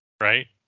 right